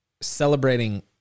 celebrating